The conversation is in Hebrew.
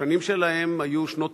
השנים שלהם היו שנות